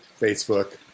Facebook